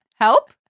Help